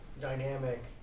dynamic